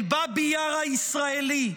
אל באבי יאר הישראלי.